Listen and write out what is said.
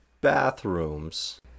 bathrooms